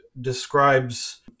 describes